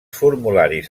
formularis